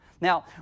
Now